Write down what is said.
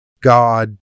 God